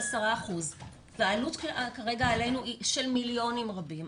10%. העלות עלינו כרגע היא של מיליונים רבים.